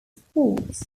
sports